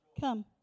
come